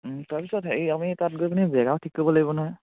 তাৰপিছত হেৰি আমি তাত গৈ পিনে জেগাও ঠিক কৰিব লাগিব নহয়